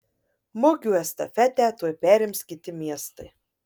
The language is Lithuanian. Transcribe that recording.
mugių estafetę tuoj perims kiti miestai